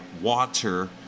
Water